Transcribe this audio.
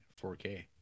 4K